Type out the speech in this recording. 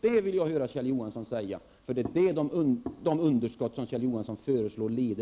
Det vill jag höra Kjell Johansson besvara, för det är sådana stora underskott som de